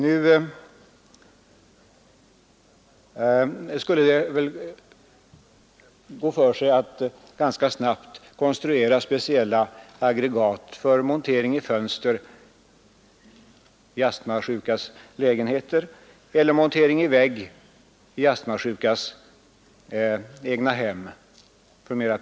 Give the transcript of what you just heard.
Ganska snabbt skulle det kunna konstrueras speciella filteraggregat för montering i fönster i astmasjukas lägenheter eller för montering i vägg för mera permanent bruk i astmasjukas egna villor.